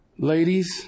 Ladies